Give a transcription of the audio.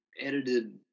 edited